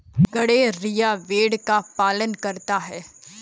गड़ेरिया भेड़ का पालन करता है